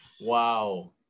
Wow